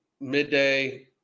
midday